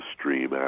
stream